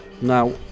Now